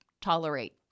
tolerate